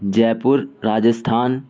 جے پور راجستھان